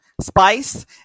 Spice